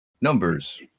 Numbers